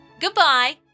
Goodbye